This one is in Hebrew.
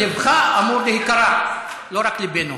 לבך אמור להיקרע, לא רק לבנו.